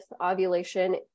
ovulation